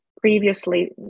previously